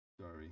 sorry